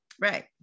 right